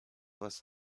was